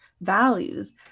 values